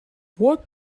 what